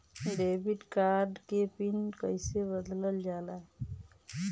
Debit card के PIN कईसे बदलल जाला?